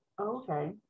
Okay